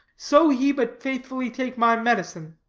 so he but faithfully take my medicine.